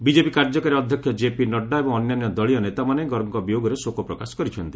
BJP କାର୍ଯ୍ୟକାରୀ ଅଧ୍ୟକ୍ଷ JP Nadda ଏବଂ ଅନ୍ୟାନ୍ୟ ଦଳୀୟ ନେତାମାନେ ଗର୍ଗଙ୍କ ବିୟୋଗରେ ଶୋକ ପ୍ରକାଶ କରିଛନ୍ତି